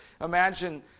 Imagine